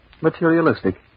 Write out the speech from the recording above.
materialistic